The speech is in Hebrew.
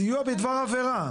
סיוע בדבר עבירה,